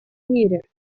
мире